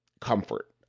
comfort